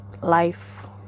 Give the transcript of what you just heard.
life